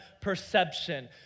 perception